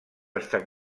estar